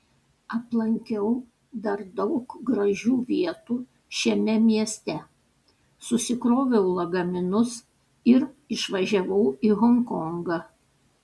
aplankiau dar daug gražių vietų šiame mieste susikroviau lagaminus ir išvažiavau į honkongą